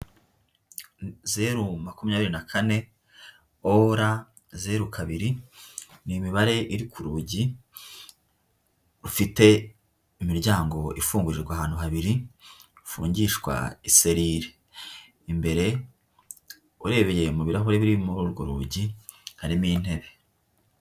Zeru makumyabiri na kane, ora zeru kabiri, ni imibare iri ku rugi, ufite imiryango ifungurirwa ahantu habiri, hafungishwa iserire, imbere urebeye mu birahuri biri muri urwo rugi harimo intebe.